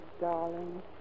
darling